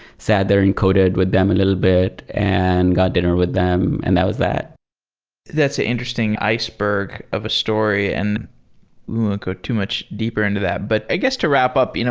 sat there, encoded with them a little bit and got dinner with them, and that was that that's an interesting iceberg of a story, and we won't go too much deeper into that. but i guess to wrap up, you know